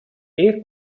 eir